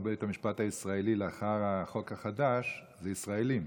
בית המשפט הישראלי לאחר החוק החדש זה ישראלים.